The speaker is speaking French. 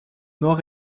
nord